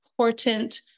Important